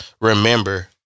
remember